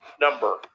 number